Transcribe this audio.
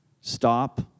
Stop